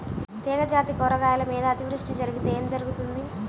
తీగజాతి కూరగాయల మీద అతివృష్టి జరిగితే ఏమి జరుగుతుంది?